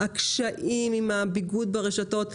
והקשיים עם הביגוד ברשתות.